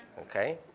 okay?